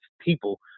people